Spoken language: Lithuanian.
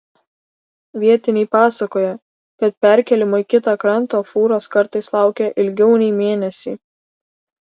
vietiniai pasakoja kad perkėlimo į kitą krantą fūros kartais laukia ilgiau nei mėnesį